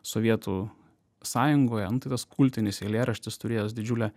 sovietų sąjungoje nu tai tas kultinis eilėraštis turėjęs didžiulę